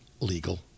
legal